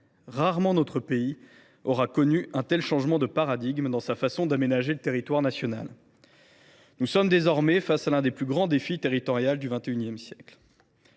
rarement notre pays aura connu un tel changement de paradigme dans sa façon d’aménager le territoire national. Nous sommes désormais confrontés à l’un des plus grands défis territoriaux du XXI siècle.